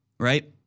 Right